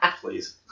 please